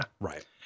Right